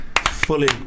Fully